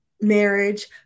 marriage